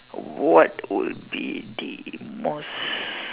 what would be the most